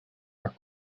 are